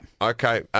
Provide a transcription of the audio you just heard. Okay